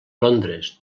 londres